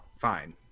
Fine